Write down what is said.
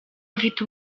afite